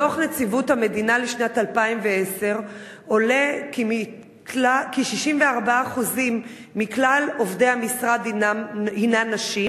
מדוח נציבות המדינה לשנת 2010 עולה כי 64% מכלל עובדי המשרד הם נשים,